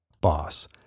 boss